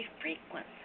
frequency